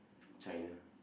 China